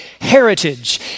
heritage